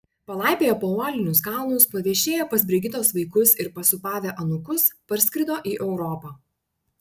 palaipioję po uolinius kalnus paviešėję pas brigitos vaikus ir pasūpavę anūkus parskrido į europą